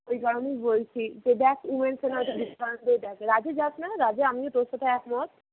ওই কারণেই বলছি যে দেখ উমেন্সে রাজে যাস না রাজে আমিও তোর সাথে একমত